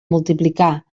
multiplicar